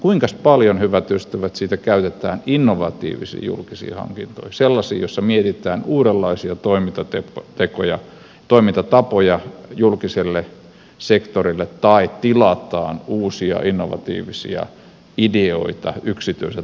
kuinkas paljon hyvät ystävät siitä käytetään innovatiivisiin julkisiin hankintoihin sellaisiin joissa mietitään uudenlaisia toimintatapoja julkiselle sektorille tai tilataan uusia innovatiivisia ideoita yksityiseltä tai kolmannelta sektorilta